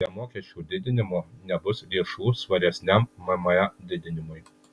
be mokesčių didinimo nebus lėšų svaresniam mma didinimui